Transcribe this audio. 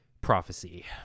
prophecy